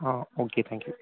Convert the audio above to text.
ah okay thank you